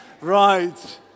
right